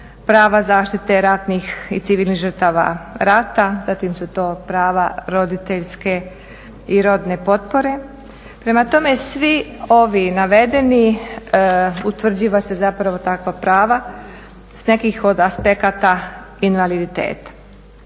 prava zaštite ratnih i civilnih žrtava rata, zatim su to prava roditeljske i rodne potpore. Prema tome, svi ovi navedeni utvrđuje se zapravo takva prava s nekih od aspekata invaliditeta.